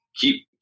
keep